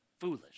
Foolish